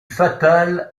fatal